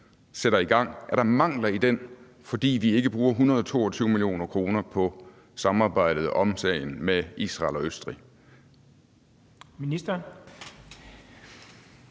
sætter i gang, fordi vi ikke bruger 122 mio. kr. på samarbejdet om sagen med Israel og Østrig?